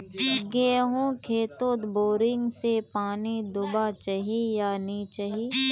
गेँहूर खेतोत बोरिंग से पानी दुबा चही या नी चही?